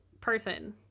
person